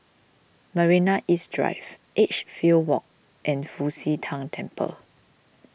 Marina East Drive Edgefield Walk and Fu Xi Tang Temple